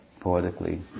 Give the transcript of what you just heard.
Poetically